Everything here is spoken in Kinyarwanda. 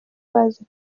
bazi